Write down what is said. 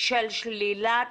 של שלילת